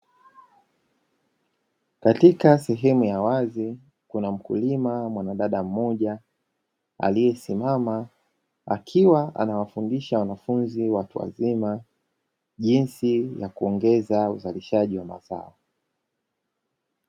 Katika sehemu ya wazi, kuna mkulima mwanadada mmoja aliyesimama akiwa anawafundisha wanafunzi watu wazima, jinsi ya kuongeza uzalishaji wa mazao.